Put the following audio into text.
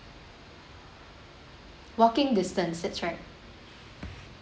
walking distance that's right